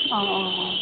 অঁ অঁ অঁ